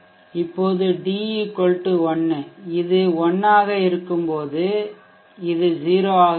இப்போது d 1 இது 1 ஆக இருக்கும் இது 0 ஆக இருக்கும்